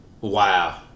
Wow